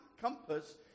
compass